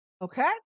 Okay